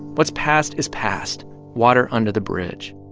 what's past is past water under the bridge